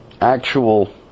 actual